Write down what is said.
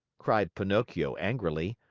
cried pinocchio angrily.